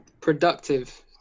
Productive